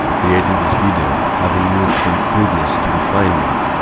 creating this video, having moved from crudeness to refinement,